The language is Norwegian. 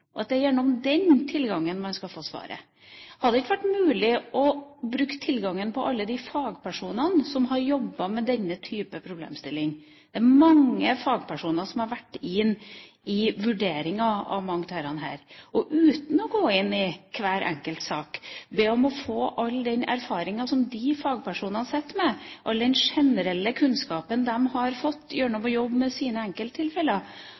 at det er gjennom den tilgangen man skal få svar. Hadde det ikke vært mulig å bruke den tilgangen alle de fagpersonene som har jobbet med denne type problemstillinger, har – det er mange fagpersoner som har vært inne i vurderingen av mye av dette – uten å gå inn i hver enkelt sak, altså be om å få del i all den erfaringen som de fagpersonene sitter med, all den generelle kunnskapen de har fått gjennom å jobbe med sine enkelttilfeller?